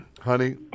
Honey